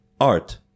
art